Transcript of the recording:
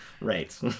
Right